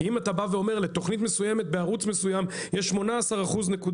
כי אם אתה בא ואומר לתוכנית מסוימת בערוץ מסוים יש 18.8%,